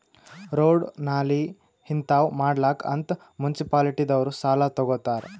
road, ನಾಲಿ ಹಿಂತಾವ್ ಮಾಡ್ಲಕ್ ಅಂತ್ ಮುನ್ಸಿಪಾಲಿಟಿದವ್ರು ಸಾಲಾ ತಗೊತ್ತಾರ್